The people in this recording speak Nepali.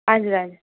हजुर हजुर